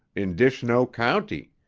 in dishnoe county.